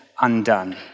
undone